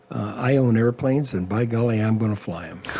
i own airplanes and by golly i'm gonna fly um